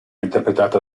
interpretata